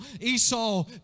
Esau